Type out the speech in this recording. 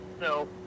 no